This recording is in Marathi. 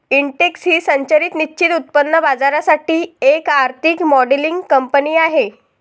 इंटेक्स ही संरचित निश्चित उत्पन्न बाजारासाठी एक आर्थिक मॉडेलिंग कंपनी आहे